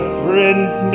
friends